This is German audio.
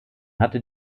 hatte